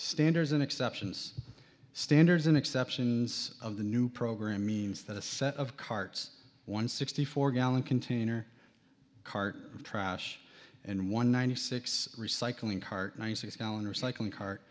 standers an exceptions standards in exceptions of the new program means that a set of carts one sixty four gallon container cart trash and one ninety six recycling cart nicias gallon recycling car